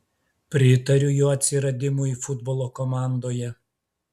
pritariu jo atsiradimui futbolo komandoje